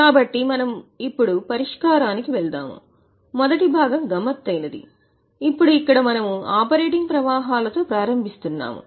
కాబట్టి మనము ఇప్పుడు పరిష్కారానికి వెళ్తాము మొదటి భాగం గమ్మత్తైనది ఇప్పుడు ఇక్కడ మనము ఆపరేటింగ్ ప్రవాహాలతో ప్రారంభిస్తున్నాము